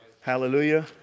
Hallelujah